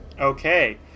Okay